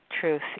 truth